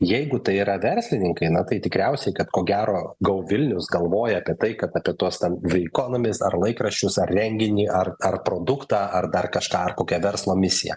jeigu tai yra verslininkai na tai tikriausiai kad ko gero go vilnius galvoja apie tai kad apie tuos ten the economist ar laikraščius ar renginį ar ar produktą ar dar kažką ar kokią verslo misiją